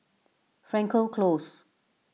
Frankel Close